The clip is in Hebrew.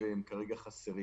והן כרגע חסרות.